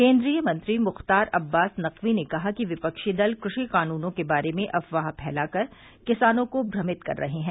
केंद्रीय मंत्री मुख्तार अब्बास नकवी ने कहा कि विपक्षी दल कृषि कानूनों के बारे में अफवाह फैलाकर किसानों को भ्रमित कर रहे हैं